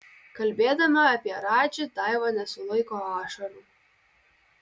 kalbėdama apie radži daiva nesulaiko ašarų